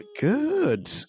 good